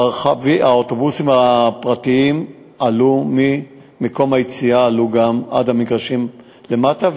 האוטובוסים הפרטיים עלו ממקום היציאה ועד המגרשים למטה,